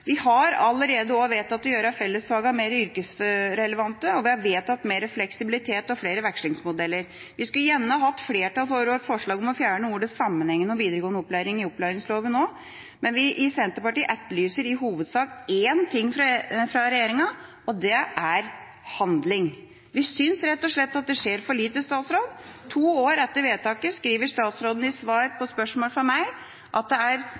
Vi har også allerede vedtatt å gjøre fellesfagene mer yrkesrelevante. Og vi har vedtatt mer fleksibilitet og flere vekslingsmodeller. Vi skulle gjerne hatt flertall for vårt forslag om å fjerne ordet «samanhengande» om videregående opplæring i opplæringsloven, men vi i Senterpartiet etterlyser i hovedsak én ting fra regjeringa, og det er handling. Vi synes rett og slett at det skjer for lite, statsråd! To år etter vedtaket skriver statsråden i svar på spørsmål fra meg at det er